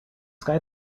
sky